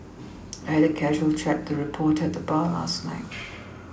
I had a casual chat with a reporter at the bar last night